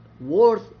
worth